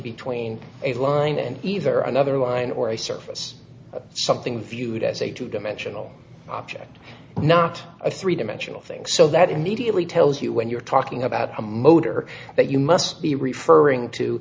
between a line and either another line or a surface of something viewed as a two dimensional object not a three dimensional thing so that immediately tells you when you're talking about a motor but you must be referring to